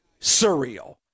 surreal